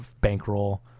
bankroll